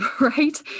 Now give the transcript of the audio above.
right